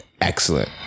excellent